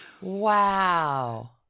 Wow